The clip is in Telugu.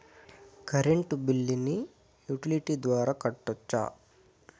కరెంటు బిల్లును యుటిలిటీ ద్వారా కట్టొచ్చా?